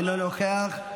אינו נוכח,